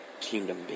Kingdom